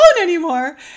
anymore